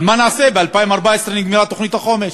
אבל מה נעשה, ב-2014 נגמרה תוכנית החומש.